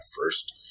first